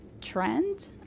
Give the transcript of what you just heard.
trend